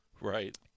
right